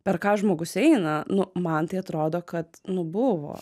per ką žmogus eina nu man tai atrodo kad nu buvo